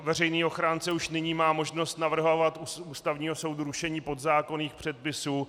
Veřejný ochránce už nyní má možnost navrhovat Ústavnímu soudu rušení podzákonných předpisů.